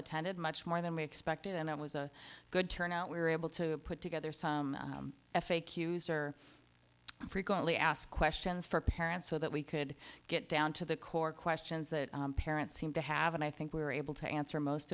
attended much more than we expected and i was a good turnout we were able to put together some f a q's or frequently asked questions for parents so that we could get down to the core questions that parents seem to have and i think we were able to answer most